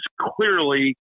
clearly